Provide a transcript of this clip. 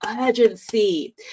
urgency